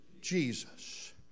Jesus